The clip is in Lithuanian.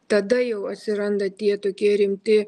tada jau atsiranda tie tokie rimti